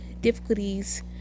difficulties